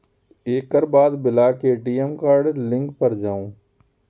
एकर बाद block ATM card link पर जाउ